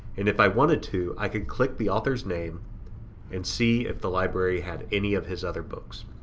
and if i wanted to, i could click the author's name and see if the library had any of his other books.